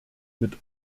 mit